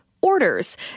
orders